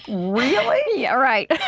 really? yeah, right